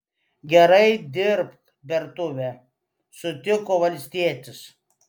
gerai dirbk bertuvę sutiko valstietis